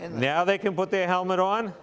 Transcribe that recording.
and now they can put their helmet on